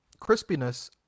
crispiness